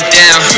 down